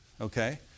Okay